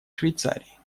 швейцарии